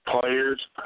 players